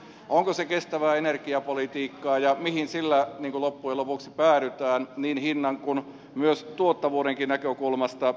onko se kestävää energiapolitiikkaa ja mihin sillä loppujen lopuksi päädytään niin hinnan kuin tuottavuudenkin näkökulmasta